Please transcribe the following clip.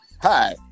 Hi